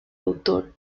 autor